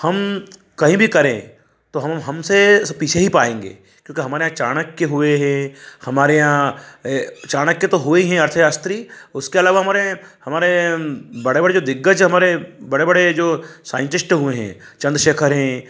हम कहीं भी करें तो हम हमसे पीछे ही पाएँगे क्योंकि हमारे यहाँ चाणक्य हुए हैं हमारे यहाँ चाणक्य तो हुए ही हैं अर्थशास्त्री उसके अलावा हमारे हमारे बड़े बड़े जो दिग्गज हैं हमारे बड़े बड़े जो साइंटिस्ट हुए हैं चंद्रशेखर हैं